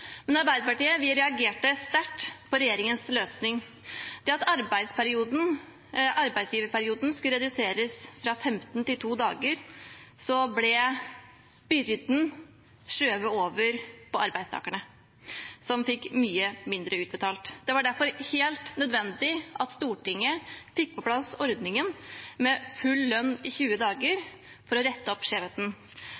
Men vi i Arbeiderpartiet reagerte sterkt på regjeringens løsning. Ved at arbeidsgiverperioden skulle reduseres fra 15 til 2 dager, ble byrden skjøvet over på arbeidstakerne, som fikk mye mindre utbetalt. Det var derfor helt nødvendig at Stortinget fikk på plass ordningen med full lønn i 20 dager